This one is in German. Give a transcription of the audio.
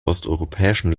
osteuropäischen